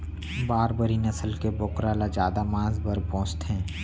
बारबरी नसल के बोकरा ल जादा मांस बर पोसथें